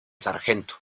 sargento